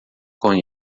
com